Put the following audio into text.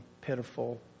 pitiful